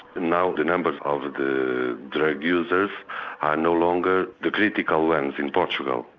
now the numbers of the drug users are no longer the critical ones in portugal.